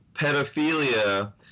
pedophilia